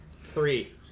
Three